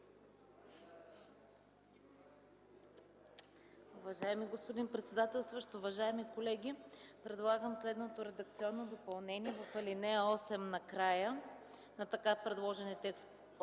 Уважаеми господин председател, уважаеми колеги! Предлагам следното редакционно допълнение в ал. 8 накрая на така предложените от